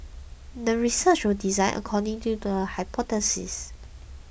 the research was designed according to the hypothesis